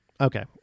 Okay